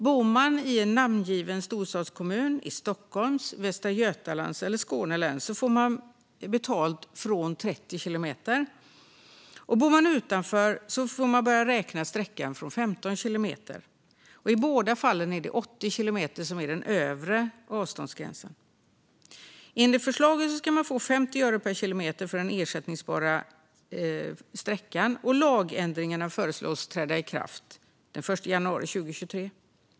Bor man i en namngiven storstadskommun i Stockholms, Västra Götalands eller Skåne län får man betalt från 30 kilometer, och bor man utanför får man börja räkna sträckan från 15 kilometer. I båda fallen är det 80 kilometer som är den övre avståndsgränsen. Enligt förslaget ska man få 50 öre per kilometer för den ersättningsbara sträckan, och lagändringarna föreslås träda i kraft den 1 januari 2023.